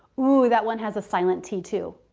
whoo that one has a silent t too.